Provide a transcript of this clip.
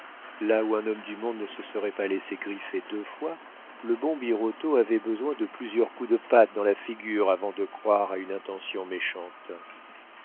là où un homme du monde ne se serait pas laissé griffer deux fois le bon birotteau avait besoin de plusieurs coups de patte dans la figure avant de croire à une intention méchante